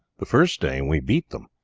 the first day we beat them,